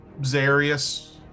Zarius